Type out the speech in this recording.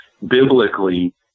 biblically